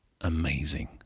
amazing